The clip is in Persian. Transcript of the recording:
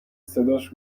صداش